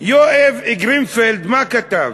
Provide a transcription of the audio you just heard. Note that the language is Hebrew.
יואב גרינפלד, מה הוא כתב